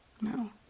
no